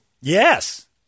Yes